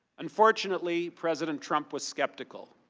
unfortunately, president trump was skeptical.